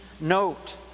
note